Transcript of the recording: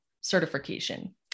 Certification